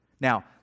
Now